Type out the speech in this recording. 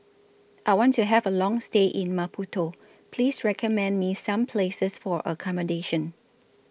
I want to Have A Long stay in Maputo Please recommend Me Some Places For accommodation